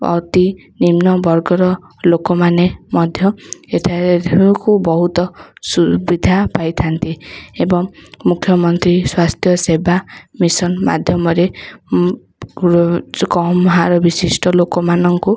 ଅତି ନିମ୍ନ ବର୍ଗର ଲୋକମାନେ ଏଠାରେ ବହୁତ ସୁବିଧା ପାଇଥାନ୍ତି ଏବଂ ମୁଖ୍ୟମନ୍ତ୍ରୀ ସ୍ୱାସ୍ଥ୍ୟ ସେବା ମିଶନ ମାଧ୍ୟମରେ କମ୍ ହାର ବିଶିଷ୍ଟ ଲୋକମାନଙ୍କୁ